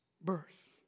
birth